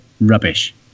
rubbish